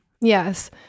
Yes